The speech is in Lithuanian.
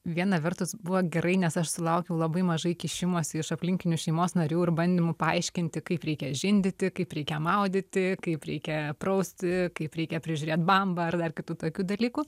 viena vertus buvo gerai nes aš sulaukiau labai mažai kišimosi iš aplinkinių šeimos narių ir bandymų paaiškinti kaip reikia žindyti kaip reikia maudyti kaip reikia prausti kaip reikia prižiūrėt bambą ar dar kitų tokių dalykų